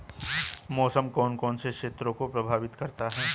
मौसम कौन कौन से क्षेत्रों को प्रभावित करता है?